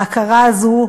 ההכרה הזו,